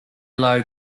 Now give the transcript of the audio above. low